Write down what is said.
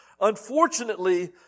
Unfortunately